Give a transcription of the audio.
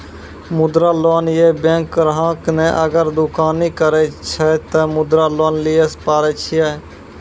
मुद्रा लोन ये बैंक ग्राहक ने अगर दुकानी करे छै ते मुद्रा लोन लिए पारे छेयै?